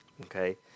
okay